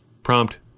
prompt